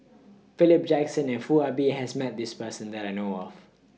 Philip Jackson and Foo Ah Bee has Met This Person that I know of